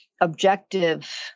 objective